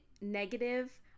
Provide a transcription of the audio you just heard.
negative